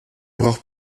braucht